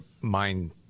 mind